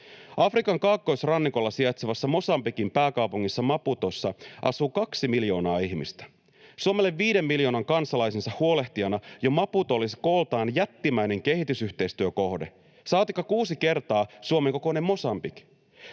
Afrikan kaakkoisrannikolla sijaitsevassa Mosambikin pääkaupungissa Maputossa asuu kaksi miljoonaa ihmistä. Suomelle viiden miljoonan kansalaisensa huolehtijana jo Maputo olisi kooltaan jättimäinen kehitysyhteistyökohde, saatikka kuusi kertaa Suomen kokoinen Mosambik.